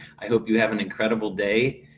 i hope you have an incredible day.